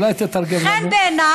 אולי תתרגם לנו?